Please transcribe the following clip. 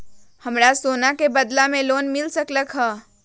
हमरा सोना के बदला में लोन मिल सकलक ह?